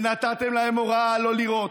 ונתתם להם הוראה לא לירות.